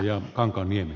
herra puhemies